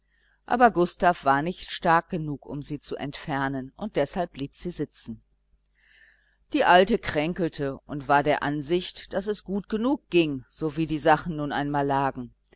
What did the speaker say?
aber gustav war nicht stark genug um sie zu entfernen und deshalb blieb sie sitzen die alte kränkelte und war der ansicht daß es gut genug ging so wie die sachen nun einmal lagen